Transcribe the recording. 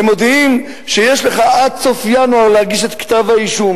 הם מודיעים: יש לך עד סוף ינואר להגיש את כתב-האישום,